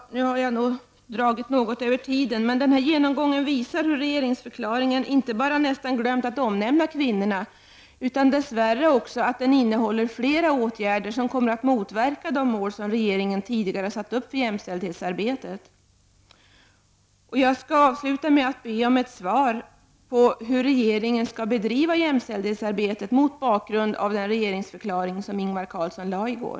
Nu har jag dragit något över tiden, men den här genomgången visar hur regeringsförklaringen inte bara nästan glömt att omnämna kvinnorna utan dess värre också innehåller flera åtgärder som kommer att motverka de mål som regeringen tidigare satt upp för jämställdhetsarbetet. Jag skall avsluta mitt inlägg med att be om ett svar på hur regeringen skall bedriva jämställdhetsarbetet mot bakgrund av den regeringsförklaring som Ingvar Carlsson lade fram i går.